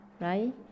right